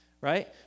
right